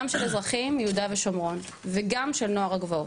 גם של אזרחים יהודה ושומרון וגם של נוער הגבעות,